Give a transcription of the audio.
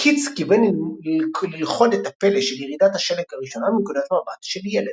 קיטס כיוון ללכוד את הפלא של ירידת השלג הראשונה מנקודת מבט של ילד.